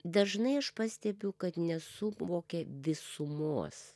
dažnai aš pastebiu kad nesuvokė visumos